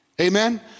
Amen